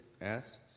asked